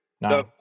No